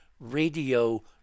radio